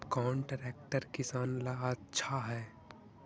कौन ट्रैक्टर किसान ला आछा है?